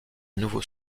nouveau